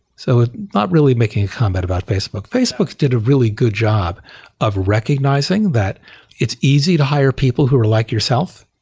so ah not really making a comment about facebook. facebook did a really good job of recognizing that it's easy to hire people who are like yourself.